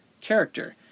character